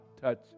touch